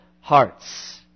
hearts